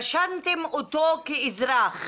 רשמתם אותו כאזרח,